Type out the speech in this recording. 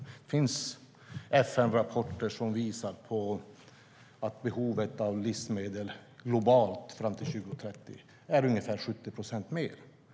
Det finns FN-rapporter som visar att behovet av livsmedel globalt fram till 2030 är ungefär 70 procent mer.